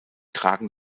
tragen